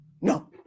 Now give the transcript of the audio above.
no